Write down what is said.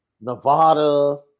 Nevada